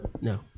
No